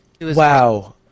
Wow